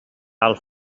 tal